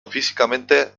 físicamente